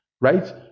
right